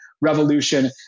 revolution